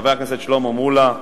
חבר הכנסת שלמה מולה,